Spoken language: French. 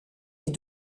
est